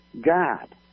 God